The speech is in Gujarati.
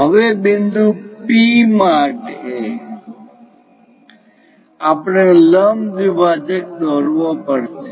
હવે બિંદુ OP માટે આપણે લંબ દ્વિભાજક દોરવો પડશે